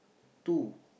two